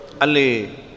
Ali